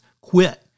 quit